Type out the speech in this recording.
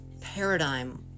paradigm